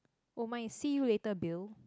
oh my see you later bill